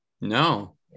No